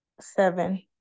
seven